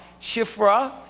Shifra